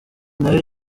nayo